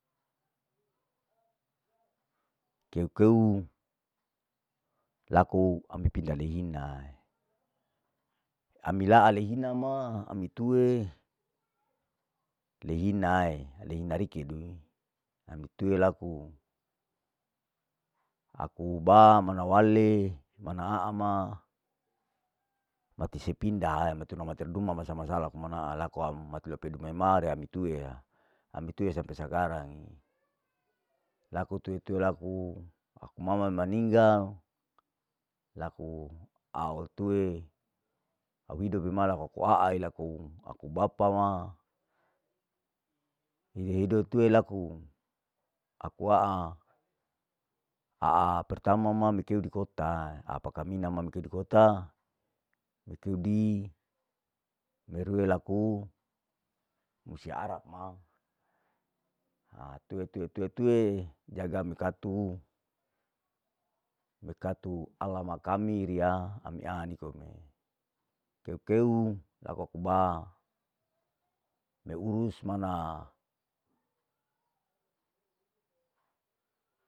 Keu keu laku ami pinda lehinae, ami laa lehina ma ami tue, lehinae lehina rikedu, aku ba mana wale mana aa ma, mati sepindae matinu matir duma masa masa laku manaa laku mati lepode mama mi tueya, ami tue sampe sakarange, laku tue tue laku mama maninggal laku au tue, au hidop ima laku aae laku aku bapa ma ihidop tue laku aku aau, aau pertama ma me keu dikota, apa kamina ma mikeu dikota, ipudi merue laku musia arab ma, tue tue tue tue jaga mi kartu, mi kartu alama kami riya ani aa nikome, keu keu laku aku ba, meurus mana.